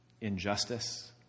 injustice